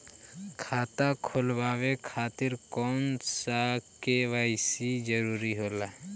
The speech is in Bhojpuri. खाता खोलवाये खातिर कौन सा के.वाइ.सी जरूरी होला?